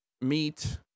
meat